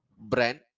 brand